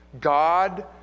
God